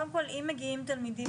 קודם כל אם מגיעים תלמידים